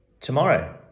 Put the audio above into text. Tomorrow